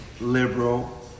liberal